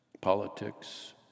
politics